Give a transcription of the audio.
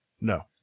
no